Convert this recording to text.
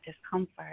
discomfort